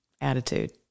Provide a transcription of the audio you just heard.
attitude